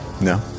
No